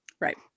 Right